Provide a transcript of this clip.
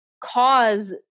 cause